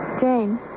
Jane